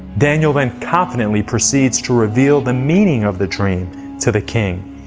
daniel then confidently precedes to reveal the meaning of the dream to the king.